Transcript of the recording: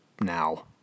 now